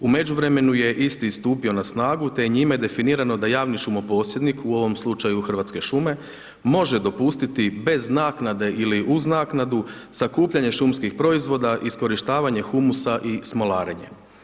U međuvremenu je isti stupio na snagu, te je njime definirano da javni šumo posjednik, u ovom slučaju Hrvatske šume, može dopustiti bez naknade ili uz naknadu, sakupljanje šumskih proizvoda, iskorištavanje humusa i smolarenje.